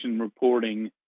reporting